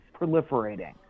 proliferating